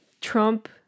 trump